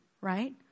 right